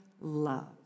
love